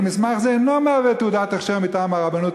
כי מסמך זה אינו מהווה תעודת הכשר מטעם הרבנות